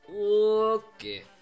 Okay